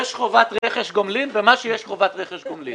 "יש חובת רכש גומלין במה שיש חובת רכש גומלין".